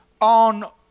on